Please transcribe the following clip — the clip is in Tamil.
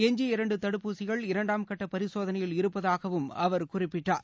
எஞ்சிய இரண்டு தடுப்பூசிகள் இரண்டாம் கட்ட பரிசோதனையில் இருப்பதாகவும் அவர் குறிப்பிட்டார்